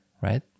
right